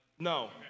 No